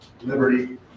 liberty